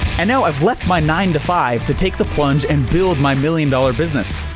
and now i've left my nine-to-five to take the plunge and build my million dollar business.